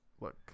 look